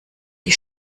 die